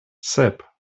sep